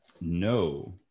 No